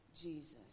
jesus